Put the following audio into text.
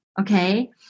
okay